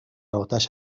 آتش